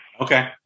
Okay